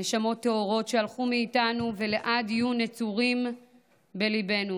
נשמות טהורות שהלכו מאיתנו ולעד יהיו נצורים בליבנו,